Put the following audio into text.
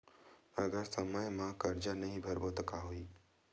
अगर समय मा कर्जा नहीं भरबों का होई?